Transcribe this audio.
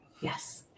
Yes